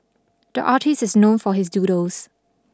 the artist is known for his doodles